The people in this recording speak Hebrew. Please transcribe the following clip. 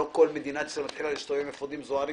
שלא כל מדינת ישראל מתחילה להסתובב עם אפודים זוהרים